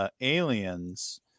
aliens